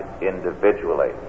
individually